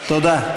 תודה.